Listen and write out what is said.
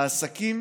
העסקים